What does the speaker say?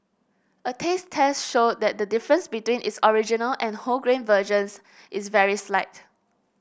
a taste test showed that the difference between its original and wholegrain versions is very slight